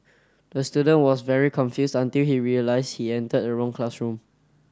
the student was very confused until he realized he entered the wrong classroom